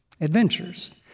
Adventures